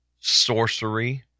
sorcery